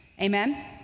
Amen